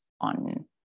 on